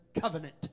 covenant